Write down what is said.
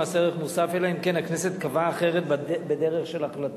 קבעה אחרת בדרך של החלטה.